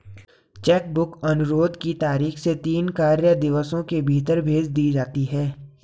check book अनुरोध की तारीख से तीन कार्य दिवसों के भीतर भेज दी जाती है